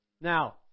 Now